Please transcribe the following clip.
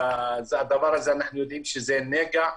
הדבר הזה אנחנו יודעים שזה נגע,